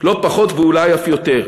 לא פחות, ואולי אף יותר.